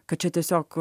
kad čia tiesiog